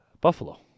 Buffalo